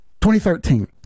2013